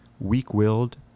Weak-willed